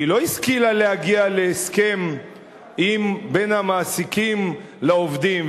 והיא לא השכילה להגיע להסכם בין המעסיקים לעובדים,